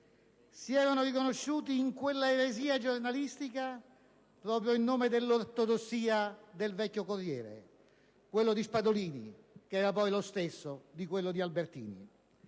si erano riconosciuti in quella eresia giornalistica proprio in nome dell'ortodossia del vecchio «Corriere della Sera», quello di Spadolini, che era poi lo stesso di Albertini.